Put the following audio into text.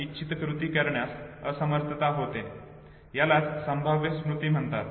त्यामुळे इच्छित कृती करण्यास असमर्थता होते यालाच संभाव्य स्मृती म्हणतात